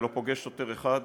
ולא פוגש שוטר אחד,